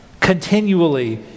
continually